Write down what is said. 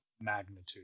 magnitude